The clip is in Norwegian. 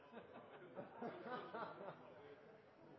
ja,